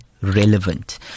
relevant